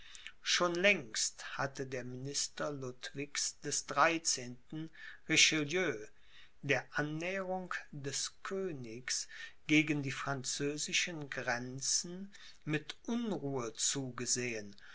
schon längst hatte der minister ludwigs des dreizehnten richelieu der annäherung des königs gegen die französischen grenzen mit unruhe zugesehen